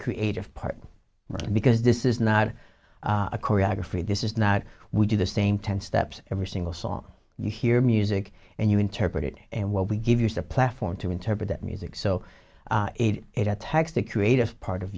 creative part because this is not a choreography this is not we do the same ten steps every single song you hear music and you interpret it and what we give you the platform to interpret that music so it attacks the creative part of